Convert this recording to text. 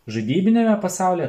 žaidybiniame pasaulyje